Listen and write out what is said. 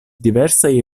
diversaj